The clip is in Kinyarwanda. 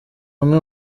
amwe